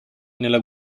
nella